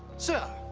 sir,